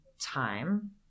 time